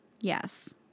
Yes